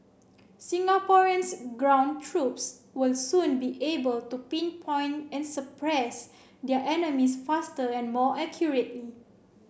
Singapore's ground troops will soon be able to pinpoint and suppress their enemies faster and more accurately